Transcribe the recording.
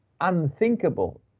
unthinkable